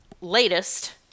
latest